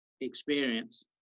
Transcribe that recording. experience